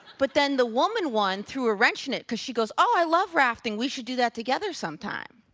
but then the woman one threw awe wrench in it. because she goes, oh, i love rafting. we should do that together some time.